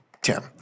Tim